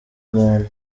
muntu